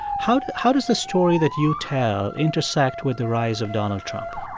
how how does the story that you tell intersect with the rise of donald trump?